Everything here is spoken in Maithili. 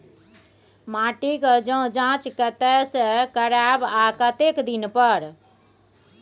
माटी के ज जॉंच कतय से करायब आ कतेक दिन पर?